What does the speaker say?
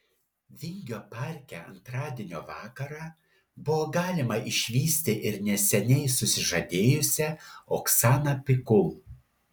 vingio parke antradienio vakarą buvo galima išvysti ir neseniai susižadėjusią oksaną pikul